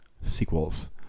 Sequels